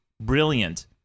brilliant